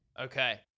okay